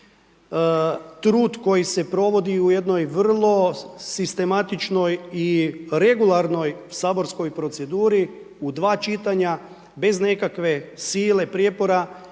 Trud koji se provodi u jednoj vrlo sistematičnoj i regularnoj saborskoj proceduri u dva čitanja, bez nekakve sile, prijepora,